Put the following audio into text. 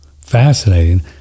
fascinating